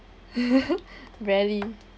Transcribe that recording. rarely